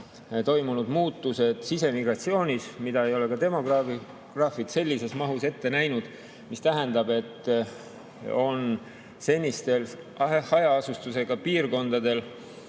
toimunud muutused sisemigratsioonis, mida ei ole ka demograafid [osanud] sellises mahus ette näha. See tähendab, et senistel hajaasustusega piirkondadel